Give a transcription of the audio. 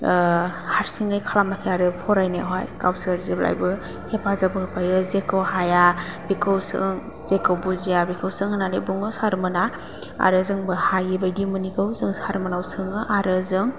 हारसिङै खालामाखै आरो फरायनायावहाय गावसोरजेब्लाबो हेफाजाब होफायो जेखौ हाया बेखौ सों जेखौ बुजिया बेखौ सों होननानै बुङो सारमोनहा आरो जोंबो हायैबायदि मोनैखौ सारमोननाव सोङो आरो जों